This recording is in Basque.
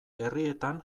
herrietan